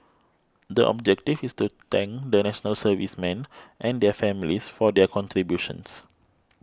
the objective is to thank the National Servicemen and their families for their contributions